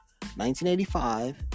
1985